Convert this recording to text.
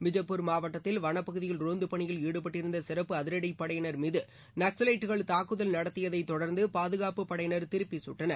பிஜப்பூர் மாவட்டத்தில் வனப்பகுதியில் ரோந்து பணியில் ஈடுபட்டிருந்த சிறப்பு அதிரடிப்படையினர் மீது நக்ஸலைட்டுகள் தாக்குதல் நடத்தியதை தொடர்ந்து பாதுகாப்புப் படையினர் திருப்பி கட்டனர்